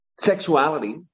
Sexuality